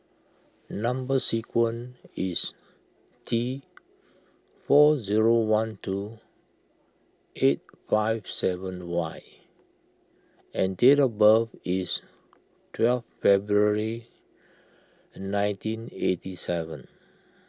Number Sequence is T four zero one two eight five seven Y and date of birth is twelve February nineteen eighty seven